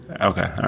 Okay